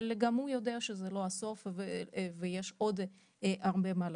אבל גם הוא יודע שזה לא הסוף ויש עוד הרבה מה לעשות.